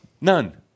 None